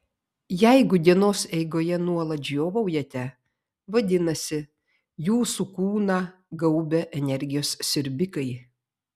jeigu dienos eigoje nuolat žiovaujate vadinasi jūsų kūną gaubia energijos siurbikai